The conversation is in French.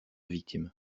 victimes